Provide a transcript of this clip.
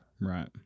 Right